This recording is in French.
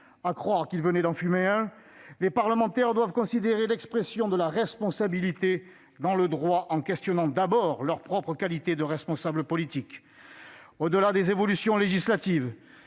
à croire qu'il venait d'en fumer un ...-, les parlementaires doivent considérer l'expression de la responsabilité dans le droit en questionnant d'abord leur propre qualité de responsable politique. Au-delà des évolutions législatives,